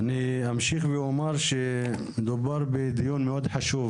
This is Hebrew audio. אני אמשיך ואומר שמדובר בדיון מאוד חשוב,